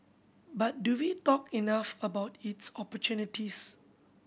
but do we talk enough about its opportunities